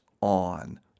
on